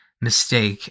mistake